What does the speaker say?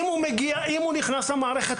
אם הוא נכנס למערכת,